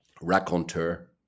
raconteur